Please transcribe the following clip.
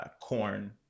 corn